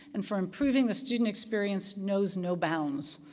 and for improving the student experience, knows no bounds.